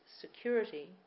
security